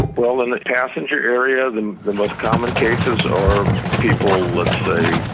well, in the passenger area, the the most common cases are people, let's say,